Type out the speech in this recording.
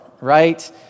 right